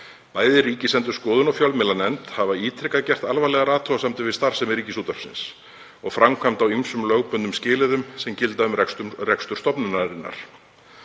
Bæði Ríkisendurskoðun og fjölmiðlanefnd hafa ítrekað gert alvarlegar athugasemdir við starfsemi Ríkisútvarpsins og framkvæmd á ýmsum lögbundnum skilyrðum sem gilda um rekstur stofnunarinnar.